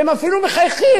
והם אפילו מחייכים.